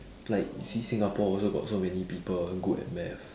like you see singapore also got so many people good at maths